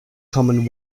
common